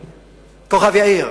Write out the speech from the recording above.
כוכב-יאיר.